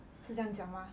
是这样讲吗